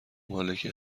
مالک